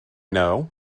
know